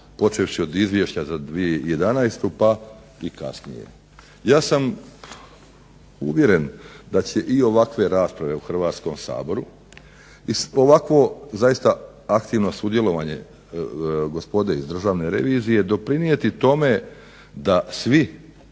počevši od izvješća za 2011. pa i kasnije. Ja sam uvjeren da će i ovakve rasprave u Hrvatskom saboru i ovakvo zaista aktivno sudjelovanje gospode iz Državne revizije doprinijeti tome da svi